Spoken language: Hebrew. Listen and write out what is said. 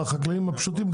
החקלאים הפשוטים,